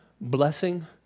blessing